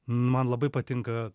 man labai patinka